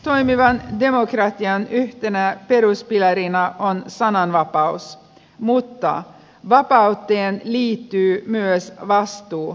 toimivan demokratian yhtenä peruspilarina on sananvapaus mutta vapauteen liittyy myös vastuu